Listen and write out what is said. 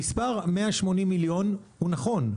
המספר 180 מיליון הוא נכון,